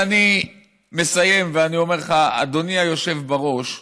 אבל אני מסיים ואני אומר לך, אדוני היושב בראש,